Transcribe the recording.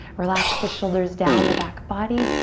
relax the shoulders down the back body,